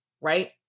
right